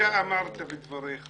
אמרת בדבריך